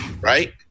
right